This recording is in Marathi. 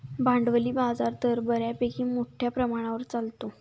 भांडवली बाजार तर बऱ्यापैकी मोठ्या प्रमाणावर चालतो